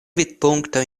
vidpunkto